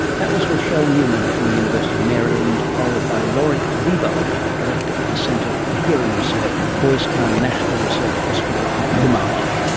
that was rochelle newman from the university of maryland, followed by lori leibold, director of the centre for hearing research, boys town national research hospital in omaha.